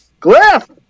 Glyph